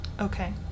Okay